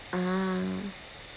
ah